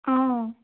অঁ